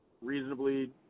reasonably